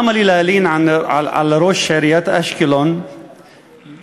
למה לי להלין על ראש עיריית אשקלון שהחליט